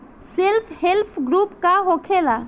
Self help group का होखेला?